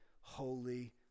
holy